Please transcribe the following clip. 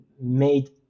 made